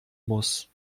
muss